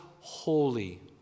holy